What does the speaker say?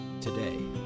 today